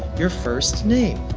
your first name.